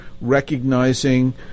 recognizing